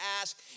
ask